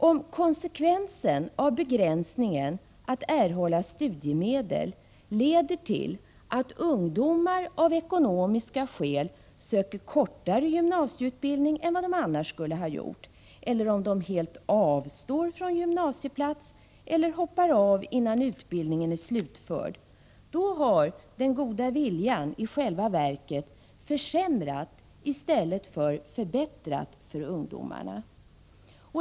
Om konsekvensen av begränsningen att erhålla studiemedel blir att ungdomar av ekonomiska skäl söker kortare gymnasieutbildning än vad de annars skulle ha gjort eller om de helt avstår från gymnasieplats eller hoppar av innan utbildningen är slutförd, då har den goda viljan i själva verket försämrat i stället för förbättrat för ungdomarna.